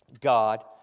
God